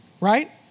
right